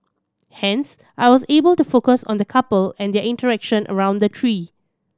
hence I was able to focus on the couple and their interaction around the tree